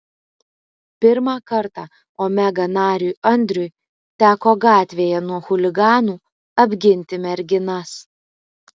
pirmą kartą omega nariui andriui teko gatvėje nuo chuliganų apginti merginas